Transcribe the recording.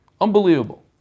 Unbelievable